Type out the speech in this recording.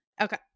Okay